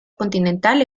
continental